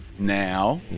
now